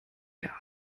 der